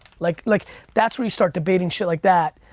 like like that's where you start debating shit like that,